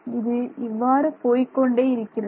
இது இவ்வாறு போய்க்கொண்டே இருக்கிறது